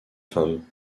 femme